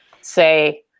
say